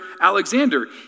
Alexander